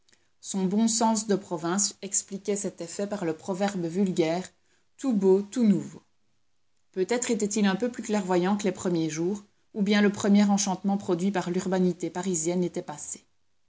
son bon sens de province expliquait cet effet par le proverbe vulgaire tout beau tout nouveau peut-être était-il un peu plus clairvoyant que les premiers jours ou bien le premier enchantement produit par l'urbanité parisienne était passé